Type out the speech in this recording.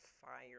fire